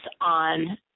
on